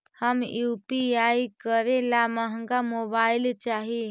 हम यु.पी.आई करे ला महंगा मोबाईल चाही?